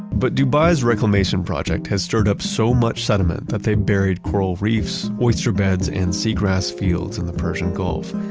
but dubai's reclamation project has stirred up so much sediment that they've buried coral reefs, oyster beds and seagrass fields in the persian gulf.